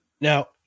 Now